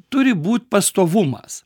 turi būt pastovumas